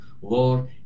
war